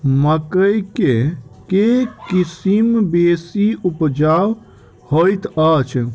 मकई केँ के किसिम बेसी उपजाउ हएत अछि?